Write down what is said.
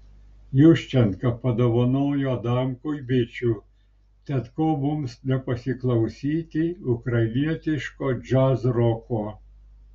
juščenka padovanojo adamkui bičių tad ko mums nepasiklausyti ukrainietiško džiazroko